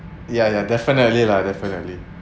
ya ya definitely lah definitely